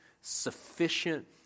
sufficient